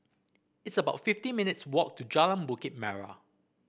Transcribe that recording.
it's about fifty minutes' walk to Jalan Bukit Merah